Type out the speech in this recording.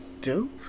dope